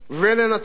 וננצח,